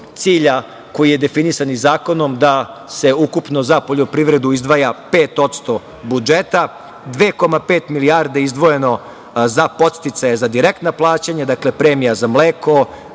koji je definisan i zakonom da se ukupno za poljoprivredu izdvaja 5% budžeta, 2,5 milijarde izdvojeno za podsticaje za direktna plaćanja, dakle, premija za mleko,